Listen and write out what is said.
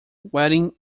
wedding